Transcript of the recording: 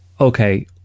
okay